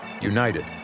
united